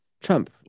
Trump